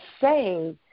say